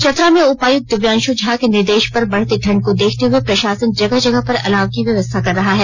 चतरा में उपायुक्त दिव्यांशु झा के निर्देश पर बढ़ते ठंड को देखते हुए प्रशासन जगह जगह पर अलाव की व्यवस्था कर रहा है